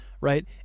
right